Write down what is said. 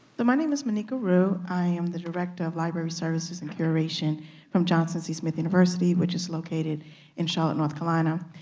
my name is monika rhue, i am the director of library services and curation from johnson c. smith university which is located in charlotte, north carolina,